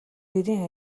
гэрийн